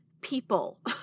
people